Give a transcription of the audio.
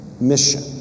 mission